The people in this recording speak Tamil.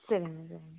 சரிங்க